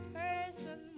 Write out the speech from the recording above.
person